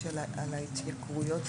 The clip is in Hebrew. ההתייקרויות,